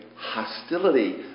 Hostility